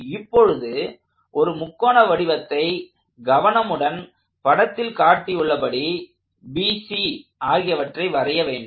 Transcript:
இப்பொழுது ஒரு முக்கோண வடிவத்தை கவனமுடன் படத்தில் காட்டியுள்ளபடி BC ஆகியவற்றை வரைய வேண்டும்